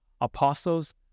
Apostles